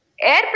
Air